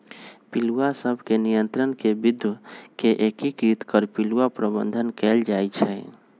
पिलुआ सभ के नियंत्रण के विद्ध के एकीकृत कर पिलुआ प्रबंधन कएल जाइ छइ